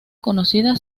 conocida